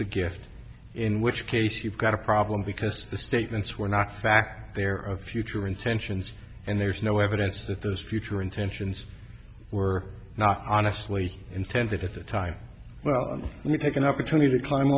the gift in which case you've got a problem because the statements were not fact there of future intentions and there's no evidence that those future intentions were not honestly intended at the time well let me take an opportunity to climb